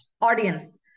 audience